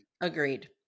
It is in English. agreed